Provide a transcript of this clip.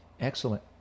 Excellent